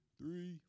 three